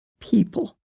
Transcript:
people